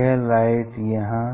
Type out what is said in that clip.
यह लाइट यहाँ